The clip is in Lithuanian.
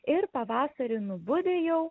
ir pavasarį nubudę jau